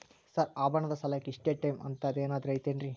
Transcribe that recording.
Sir ಆಭರಣದ ಸಾಲಕ್ಕೆ ಇಷ್ಟೇ ಟೈಮ್ ಅಂತೆನಾದ್ರಿ ಐತೇನ್ರೇ?